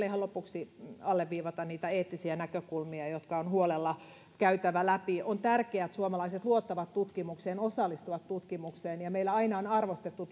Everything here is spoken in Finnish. ihan lopuksi alleviivata niitä eettisiä näkökulmia jotka on huolella käytävä läpi on tärkeää että suomalaiset luottavat tutkimukseen osallistuvat tutkimukseen meillä on aina arvostettu